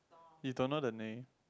you don't know the name